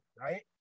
Right